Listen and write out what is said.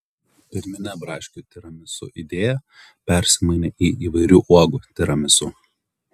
pirminė braškių tiramisu idėja persimainė į įvairių uogų tiramisu